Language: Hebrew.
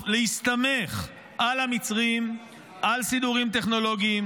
להסתמך על המצרים ועל סידורים טכנולוגיים.